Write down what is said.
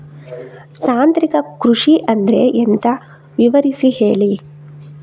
ತಾಂತ್ರಿಕ ಕೃಷಿ ಅಂದ್ರೆ ಎಂತ ವಿವರಿಸಿ ಹೇಳಿ